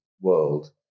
world